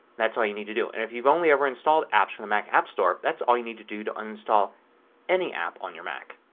that's all you need to do. and if you've only ever installed apps from the mac app store that's all you need to do to uninstall any app on your mac.